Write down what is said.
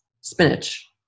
spinach